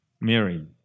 Mary